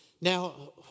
Now